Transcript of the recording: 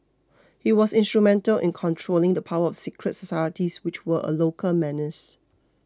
he was instrumental in controlling the power of secret societies which were a local menace